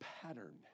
pattern